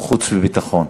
החוץ והביטחון.